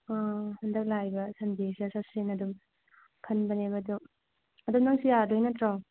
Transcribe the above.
ꯑꯣ ꯍꯟꯗꯛ ꯂꯥꯛꯏꯕ ꯁꯟꯗꯦꯁꯤꯗ ꯆꯠꯁꯦꯅ ꯑꯗꯨꯝ ꯈꯟꯕꯅꯦꯕ ꯑꯗꯨ ꯑꯗꯣ ꯅꯪꯁꯨ ꯌꯥꯔꯗꯣꯏ ꯅꯠꯇ꯭ꯔꯣ